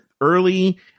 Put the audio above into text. early